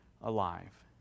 alive